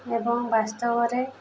ଏବଂ ବାସ୍ତବରେ